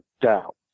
doubt